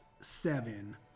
seven